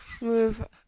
move